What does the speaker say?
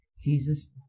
Jesus